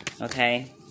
Okay